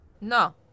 No